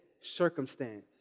circumstance